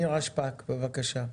נירה שפק, בבקשה.